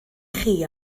chi